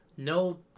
No